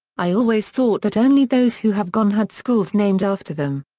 i always thought that only those who have gone had schools named after them.